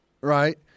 right